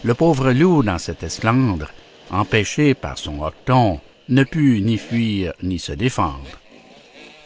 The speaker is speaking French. le pauvre loup dans cet esclandre empêché par son hoqueton ne put ni fuir ni se défendre